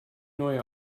neue